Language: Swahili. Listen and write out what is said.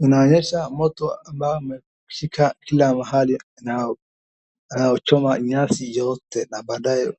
Inaonyesha moto ambao umeshika kila mahali na unachoma nyasi yote na baadae